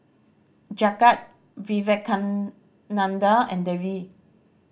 Jagat Vivekananda and Devi